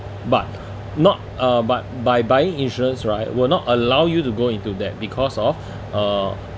but not uh but by buying insurance right will not allow you to go into debt because of uh